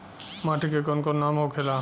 माटी के कौन कौन नाम होखेला?